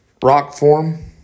Rockform